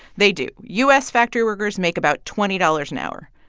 they do. u s. factory workers make about twenty dollars an hour.